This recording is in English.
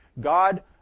God